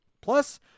plus